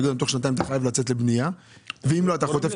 יאמרו להם שתוך שנתיים הם חייבים לצאת לבנייה ואם לא יצאו,